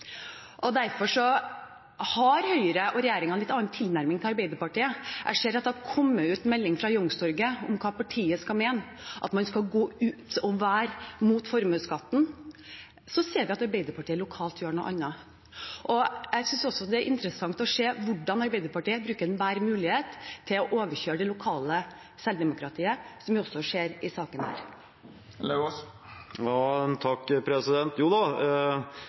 Derfor har også Høyre og regjeringen en litt annen tilnærming enn Arbeiderpartiet. Jeg ser at det er kommet ut melding fra Youngstorget om hva partiet skal mene: at man skal gå ut og være mot formuesskatten. Så ser vi at Arbeiderpartiet lokalt gjør noe annet. Jeg synes også det er interessant å se hvordan Arbeiderpartiet bruker enhver mulighet til å overkjøre det lokale selvdemokratiet, noe vi også ser i denne saken.